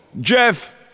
Jeff